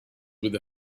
with